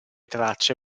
tracce